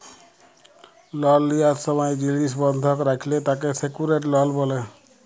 লল লিয়ার সময় জিলিস বন্ধক রাখলে তাকে সেক্যুরেড লল ব্যলে